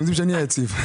הם יודעים שאני היציב.